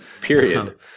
Period